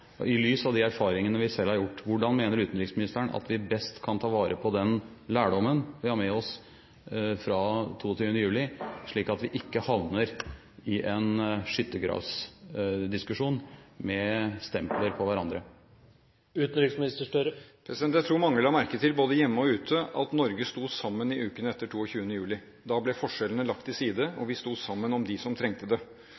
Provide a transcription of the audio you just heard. i lys av de erfaringene vi selv har gjort, hvordan mener utenriksministeren at vi best kan ta vare på den lærdommen vi har med oss fra 22. juli, slik at vi ikke havner i en skyttergravsdiskusjon med stempler på hverandre? Jeg tror mange både hjemme og ute la merke til at Norge sto sammen i ukene etter 22. juli. Da ble forskjellene lagt til side, og